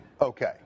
okay